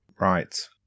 Right